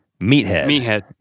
Meathead